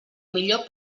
millor